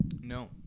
No